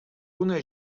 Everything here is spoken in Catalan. una